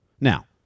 Now